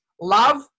Love